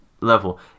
level